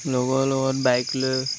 লগৰ লগত বাইক লৈ